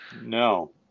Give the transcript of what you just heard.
No